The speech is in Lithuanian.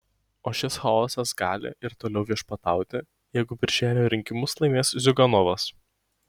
o šis chaosas gali ir toliau viešpatauti jeigu birželio rinkimus laimės ziuganovas